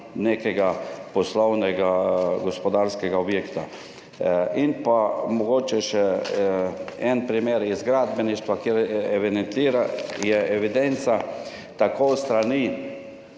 nekega poslovnega gospodarskega objekta. Mogoče še en primer iz gradbeništva, kjer je evidenca s strani